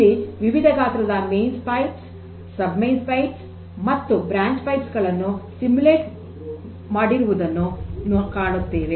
ಇಲ್ಲಿ ವಿವಿಧ ಗಾತ್ರದ mains pipe sub mains pipe ಮತ್ತು ಬ್ರಾಂಚ್ ಪೈಪ್ ಗಳನ್ನು ಸಿಮ್ಯುಲೇಟ್ ಮಾಡುವುದನ್ನು ಕಾಣುತ್ತೇವೆ